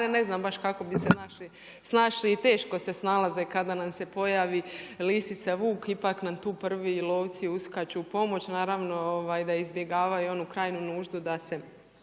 Ne znam baš kako bi se naši snašli i teško se snalaze kada nam se pojavi lisica, vuk. Ipak nam tu prvi lovci uskaču u pomoć. Naravno da izbjegavaju onu krajnju nuždu da se